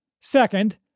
Second